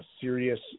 serious